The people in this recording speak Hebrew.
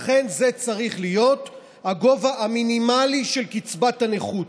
לכן, זה צריך להיות הגובה המינימלי של קצבת הנכות.